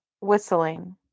whistling